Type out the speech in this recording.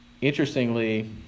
Interestingly